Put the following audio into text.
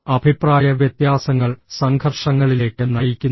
അഭിപ്രായവ്യത്യാസങ്ങൾ സംഘർഷങ്ങളിലേക്ക് നയിക്കുന്നു